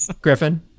Griffin